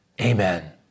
Amen